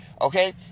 okay